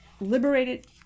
liberated